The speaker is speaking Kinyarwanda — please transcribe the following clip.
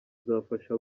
uzafasha